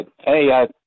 Hey